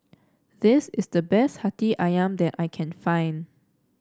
this is the best hati ayam that I can find